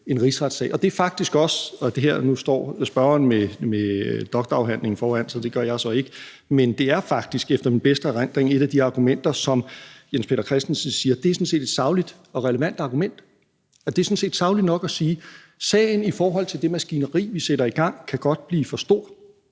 en rigsretssag. Nu står spørgeren med doktorafhandlingen foran sig, og det gør jeg så ikke, men det er faktisk efter min bedste erindring et af de argumenter, som Jens Peter Christensen siger sådan set er et sagligt og relevant argument. Det er sådan set sagligt nok at sige om sagen i forhold til det maskineri, vi sætter i gang, at det godt kan blive for stort.